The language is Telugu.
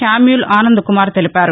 శామ్యూల్ ఆనంద్ కుమార్ తెలిపారు